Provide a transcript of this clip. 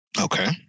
Okay